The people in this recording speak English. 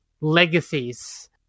legacies